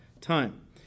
time